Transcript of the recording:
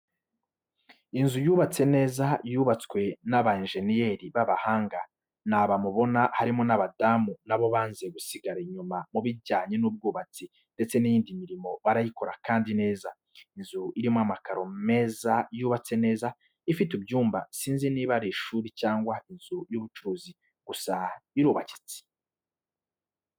Inzu yubatse neza yubatswe na bayenjeniyeri b'abahanga, ni aba mubona harimo n'abadamu na bo banze gusigara inyuma mu bijyanye n'ubwubatsi ndetse n'iyindi mirimo barayikora kandi neza. Inzu irimo amakaro meza yubatse neza, ifite ibyumba sinzi niba ari ishuri cyangwa inzu y'ubucuruzi gusa irubakitse.